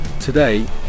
today